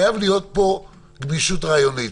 לכן חייבת להיות פה גמישות רעיונית.